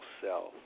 self